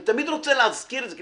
אני תמיד רוצה להזכיר את זה,